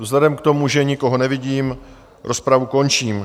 Vzhledem k tomu, že nikoho nevidím, rozpravu končím.